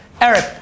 Eric